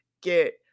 get